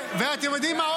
ואתם יודעים מה?